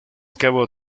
cabo